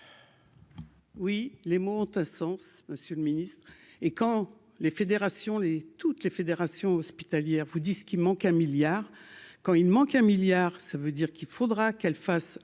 Oui, les mots ont un sens, monsieur le Ministre, et quand les fédérations les toutes les fédérations hospitalières vous dit ce qu'il manque un milliard quand il manque un milliard ça veut dire qu'il faudra qu'elle fasse un milliard